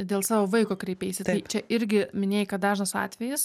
dėl savo vaiko kreipeisi čia irgi minėjai kad dažnas atvejis